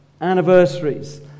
anniversaries